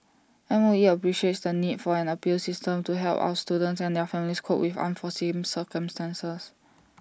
M O E appreciates the need for an appeals system to help our students and their families cope with unforeseen circumstances